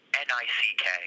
n-i-c-k